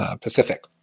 Pacific